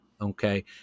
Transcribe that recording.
Okay